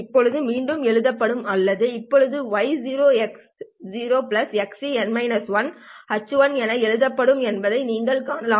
ஐ இப்போது மீண்டும் எழுதப்படும் அல்லது இப்போது y xc xc h என எழுதப்படும் என்பதை நீங்கள் காணலாம்